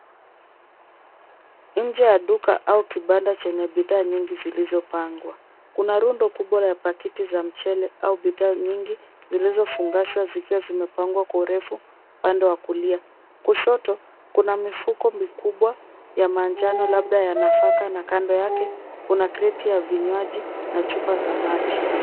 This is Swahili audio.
Nje ya duka au kibanda chenye bidhaa nyingi zilizopangwa. Kuna rundo kubwa la pakiti za mchele au bidhaa nyingi zilizofungashwa zikiwa zimepangwa kwa urefu upande wa kulia. Kushoto kuna mifuko mikubwa ya manjano labda ya nafaka na kando yake kuna kreti ya vinywaji na chupa za maji.